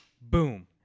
Boom